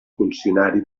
funcionari